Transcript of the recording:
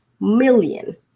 million